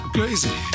Crazy